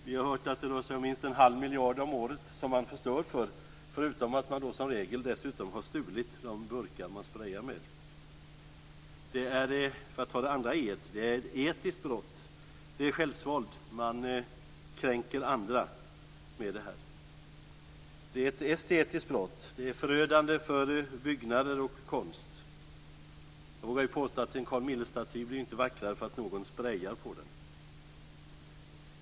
Vi har hört att det rör sig om minst en halv miljard om året som man förstör för, förutom att man som regel dessutom har stulit de burkar som man sprejar med. Det är ett etiskt brott. Det är självsvåld. Man kränker andra med det här. Det är ett estetiskt brott. Det är förödande för byggnader och konst. Jag vågar påstå att en Carl Milles-staty inte blir vackrare för att någon sprejar på den.